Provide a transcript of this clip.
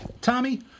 Tommy